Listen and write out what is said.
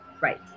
Right